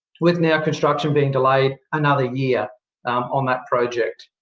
with now construction being delayed another year on that project.